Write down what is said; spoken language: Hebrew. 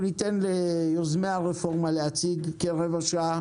אנחנו ניתן ליוזמי הרפורמה להציג כרבע שעה